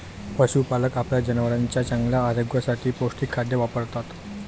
पशुपालक आपल्या जनावरांच्या चांगल्या आरोग्यासाठी पौष्टिक खाद्य वापरतात